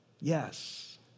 Yes